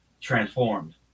transformed